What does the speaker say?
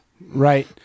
Right